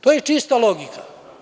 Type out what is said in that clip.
To je čista logika.